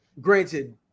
granted